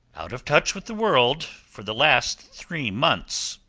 out of touch with the world for the last three months,